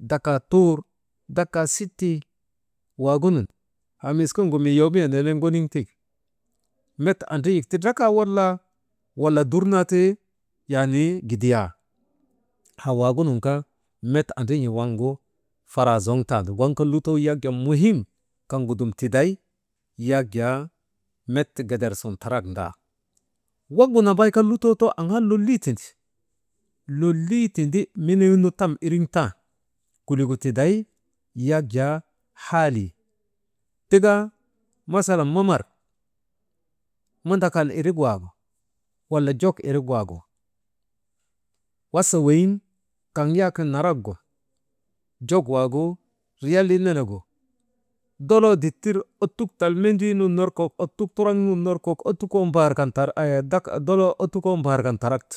Dakaa tuur, dakaa sitii waagunun haa miskin gu mii yoomiyeyee nenen ŋonin tiŋ met andrin̰ik ti drakaa walaa, wala dur naa ti yaanii gidiyaa, haa wagunun kaa met andrii faraa zoŋtan waŋ kaa lutoo yak jaa muhim kaŋgu dum tiday yak jaa met geder son tarak ndaa. Waŋgu nambay kaa lutoo too aŋaa lolii tindi miniwnu tan iriŋ tan, kuligo tiday yak jaa haalii tika masalan mamar mandakal irik waagu wala jok irik waagu wasa weyiŋ kaŋ yak narak gu jok waagu riyalii nenegu doloo dittir ottuk tal mendrii nun ner kok ottuk turaŋ nun ner kok, ottukoo mbar «hesitation» kan tarakte.